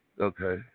Okay